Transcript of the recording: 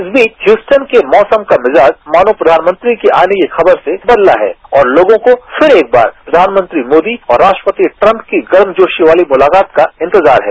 इस बीच ह्यस्टीन के मौसम का मिजाज मानो प्रधानमंत्री के आने की खबर से बदला है और लोगों को फिर एक बार प्रधानमंत्री मोदी और राष्ट्रपति ट्रंप की गर्मजोशी वाली मुलाकात का इंतजार है